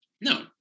No